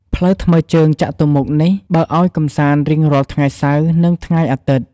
ផ្លូវថ្មើរជើងចតុមុខនេះ បើកឲ្យកម្សាន្ដរៀងរាល់ថ្ងៃសៅរ៍ និងថ្ងៃអាទិត្យ។